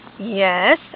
Yes